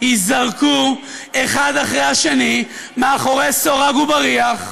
ייזרקו אחד אחרי השני מאחורי סורג ובריח.